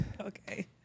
Okay